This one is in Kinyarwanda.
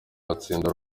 batsinde